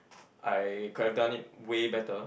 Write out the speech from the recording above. I could have done it way better